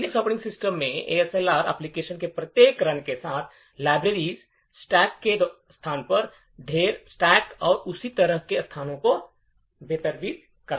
Linux operating system में ASLR application के प्रत्येक रन के साथ लाइब्रेरी ढेर के स्थान ढेर और इसी तरह के स्थानों को बेतरतीब करेगा